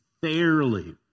Fairly